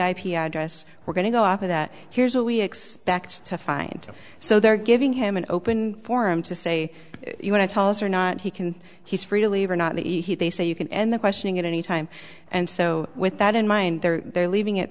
ip address we're going to go up at here's what we expect to find so they're giving him an open forum to say you want to tell us or not he can he's free to leave or not the they say you can end the questioning at any time and so with that in mind there they're leaving it